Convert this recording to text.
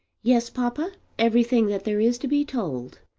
yes, papa everything that there is to be told.